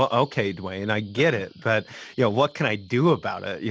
um okay. dwayne, i get it. but yeah what can i do about it? yeah